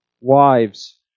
wives